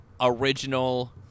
original